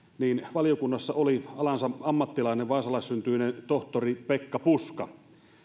valiokunnassa oli alansa ammattilainen vaasalaissyntyinen tohtori pekka puska